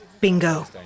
Bingo